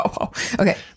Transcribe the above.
Okay